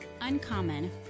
Uncommon